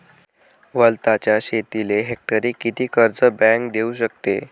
वलताच्या शेतीले हेक्टरी किती कर्ज बँक देऊ शकते?